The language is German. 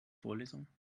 vorlesung